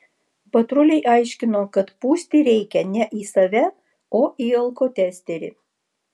patruliai aiškino kad pūsti reikia ne į save o į alkotesterį